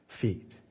feet